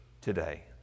today